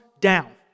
down